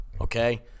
Okay